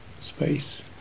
space